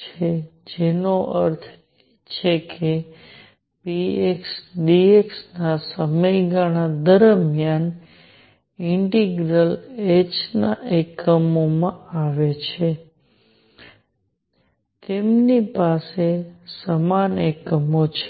છે જેનો અર્થ એ છે કે px dx ના સમયગાળા દરમિયાન ઇન્ટિગ્રલ h ના એકમોમાં આવે છે તેમની પાસે સમાન એકમો છે